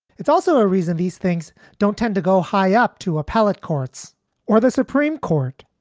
it's also a reason these things don't tend to go high up to appellate courts or the supreme court,